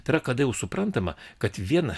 tai yra kada jau suprantama kad vien